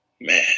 Man